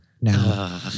now